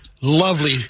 lovely